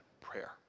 prayer